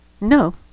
No